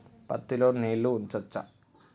పత్తి లో నీళ్లు ఉంచచ్చా?